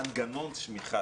מנגנון צמיחה.